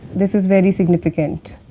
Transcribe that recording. this is very significant,